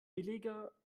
billiger